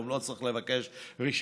היום לא צריך לבקש רישיון,